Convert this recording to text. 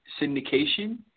Syndication